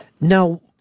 Now